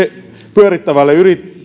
pyörittävälle